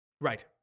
right